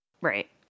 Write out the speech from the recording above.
Right